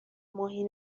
ماهی